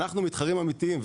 אנחנו המתחרים האמיתיים,